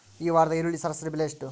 ಈ ವಾರದ ಈರುಳ್ಳಿ ಸರಾಸರಿ ಬೆಲೆ ಎಷ್ಟು?